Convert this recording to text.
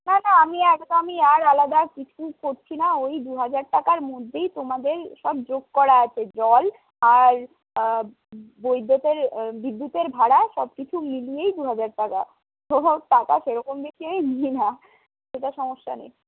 না না আমি একদমই আর আলাদা কিছু করছি না ওই দুহাজার টাকার মধ্যেই তোমাদের সব যোগ করা আছে জল আর বৈদ্যুতের বিদ্যুতের ভাড়া সবকিছু মিলিয়েই দুহাজার টাকা টাকা সেরকম বেশী আমি নিই না সেটা সমস্যা নেই